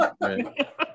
right